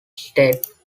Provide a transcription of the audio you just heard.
states